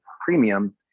premium